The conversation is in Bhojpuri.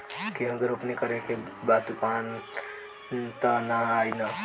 गेहूं के रोपनी करे के बा तूफान त ना आई न?